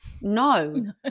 No